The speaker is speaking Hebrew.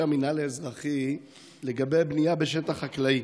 המינהל האזרחי לגבי הבנייה בשטח חקלאי.